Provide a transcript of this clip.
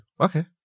Okay